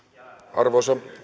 arvoisa